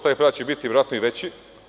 Taj pad će biti verovatno i veći.